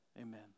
amen